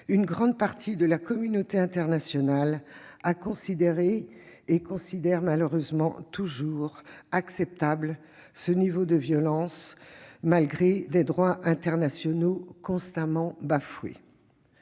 Une grande partie de la communauté internationale a considéré et juge malheureusement toujours acceptable ce niveau de violence, malgré des droits internationaux constamment bafoués.